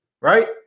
right